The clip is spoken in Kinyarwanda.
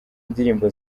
ndirimbo